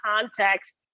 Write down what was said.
context